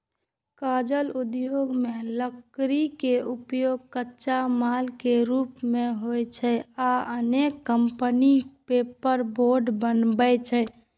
कागज उद्योग मे लकड़ी के उपयोग कच्चा माल के रूप मे होइ छै आ अनेक कंपनी पेपरबोर्ड बनबै छै